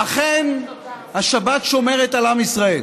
אכן, השבת שומרת על עם ישראל,